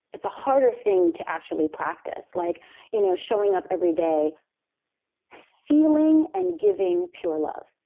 it's a harder thing to actually practice. like you know showing up every day feeling and giving pure love.